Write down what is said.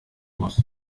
muss